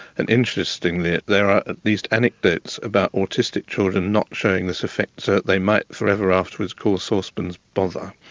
and, interestingly, there are at least anecdotes about autistic children not showing this effect so that they might forever afterwards call saucepans bother.